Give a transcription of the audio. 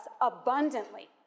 abundantly